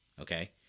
okay